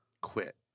quit